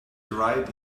dried